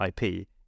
ip